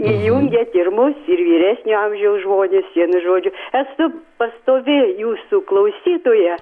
įjungiat ir mus ir vyresnio amžiaus žmones vienu žodžiu esu pastovi jūsų klausytoja